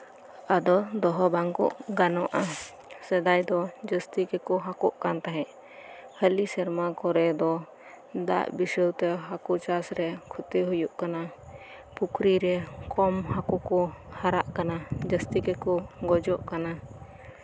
ᱟᱫᱚ ᱫᱚᱦᱚ ᱵᱟᱝᱠᱚ ᱜᱟᱱᱚᱜᱼᱟ ᱥᱮᱫᱟᱭ ᱫᱚ ᱡᱟᱹᱥᱛᱤ ᱛᱮᱠᱚ ᱦᱟᱹᱠᱳᱜ ᱠᱟᱱ ᱛᱟᱦᱮᱸᱫ ᱦᱟᱹᱞᱤ ᱥᱮᱨᱢᱟ ᱠᱚᱨᱮ ᱫᱚ ᱫᱟᱜ ᱵᱤᱥᱚᱭ ᱛᱮ ᱦᱟᱹᱠᱳ ᱪᱟᱥᱨᱮ ᱠᱷᱚᱛᱤ ᱦᱳᱭᱳᱜ ᱠᱟᱱᱟ ᱯᱩᱠᱷᱨᱤ ᱨᱮ ᱠᱚᱢ ᱦᱟᱹᱠᱳ ᱠᱚ ᱪᱟᱥᱚᱜ ᱠᱟᱱᱟ ᱡᱟᱹᱥᱛᱤ ᱠᱚ ᱜᱩᱡᱩᱜ ᱠᱟᱱᱟ